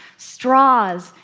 straws,